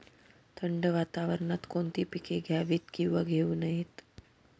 थंड वातावरणात कोणती पिके घ्यावीत? किंवा घेऊ नयेत?